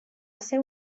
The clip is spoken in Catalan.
seu